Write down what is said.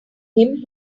him